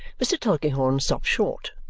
mr. tulkinghorn stops short,